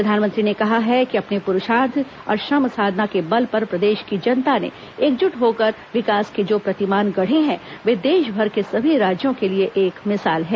प्रधानमंत्री ने कहा है कि अपने पुरुषार्थ और श्रम साधना के बल पर प्रदेश की जनता ने एकजुट होकर विकास के जो प्रतिमान गढ़े हैं वे देशभर के सभी राज्यों के लिए एक मिसाल हैं